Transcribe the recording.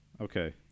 Okay